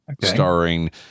starring